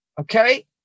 Okay